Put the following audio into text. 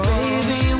Baby